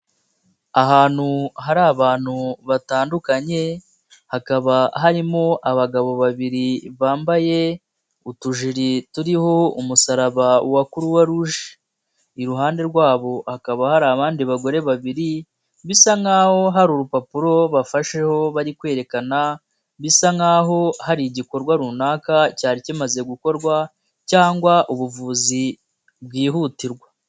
Ahantu hari abantu batandukanye, hakaba harimo abagabo babiri bambaye utujeri turiho umusaraba wa Croix Rouge, iruhande rwabo hakaba hari abandi bagore babiri bisa nk'aho hari urupapuro bafasheho bari kwerekana, bisa nk'aho hari igikorwa runaka cyari kimaze gukorwa cyangwa ubuvuzi bwihutirwa.